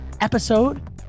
episode